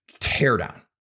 teardown